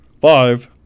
five